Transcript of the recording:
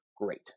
Great